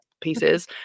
pieces